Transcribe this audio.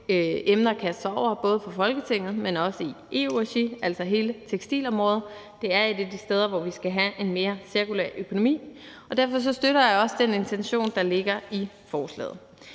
hele tekstilområdet, både for Folketinget, men også i EU-regi. Det er et af de steder, hvor vi skal have en mere cirkulær økonomi, og derfor støtter jeg også den intention, der ligger i forslaget.